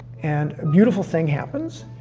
and a beautiful thing happens.